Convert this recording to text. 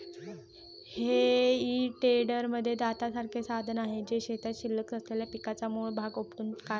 हेई टेडरमध्ये दातासारखे साधन आहे, जे शेतात शिल्लक असलेल्या पिकाचा मूळ भाग उपटून टाकते